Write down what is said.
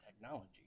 technology